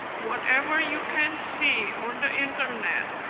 whatever you can see on the internet,